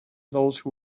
those